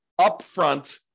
upfront